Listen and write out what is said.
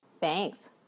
Thanks